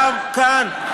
קם כאן,